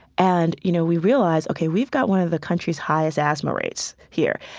and you know, we realized, ok, we've got one of the country's highest asthma rates here.